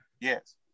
Yes